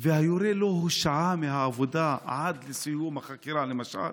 והיורה לא הושעה מהעבודה עד לסיום החקירה, למשל?